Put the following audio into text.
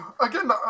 again